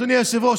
אדוני היושב-ראש,